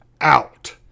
out